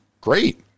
great